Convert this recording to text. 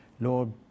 Lord